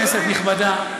כנסת נכבדה,